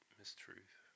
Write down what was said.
Mistruth